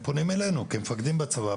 הם פונים אלינו כמפקדים בצבא,